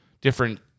different